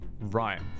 right